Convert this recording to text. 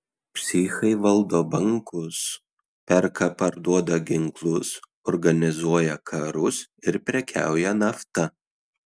psichai valdo bankus perka parduoda ginklus organizuoja karus ir prekiauja nafta